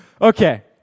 Okay